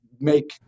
make